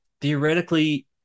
theoretically –